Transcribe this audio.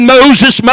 Moses